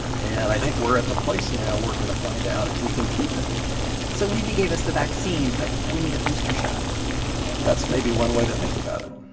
and i think we're at the place now. we're going to find out if we can keep it so leavey gave us the vaccine, but we need a booster shot that's maybe one way to think about it